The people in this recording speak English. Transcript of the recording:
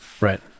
Right